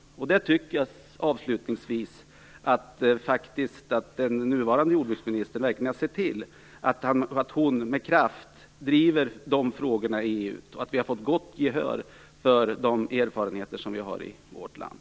Jag tycker avslutningsvis att den nuvarande jordbruksministern verkligen har sett till att med kraft driva de frågorna i EU och att vi har fått gott gehör för de erfarenheter som vi har i vårt land.